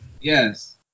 Yes